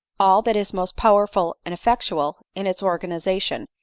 all that is most powerful and effectual in its organization,